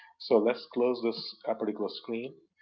so let's close this particular screen.